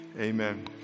amen